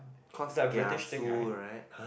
cause kiasu right !huh!